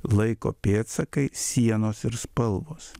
laiko pėdsakai sienos ir spalvos